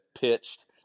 pitched